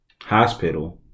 hospital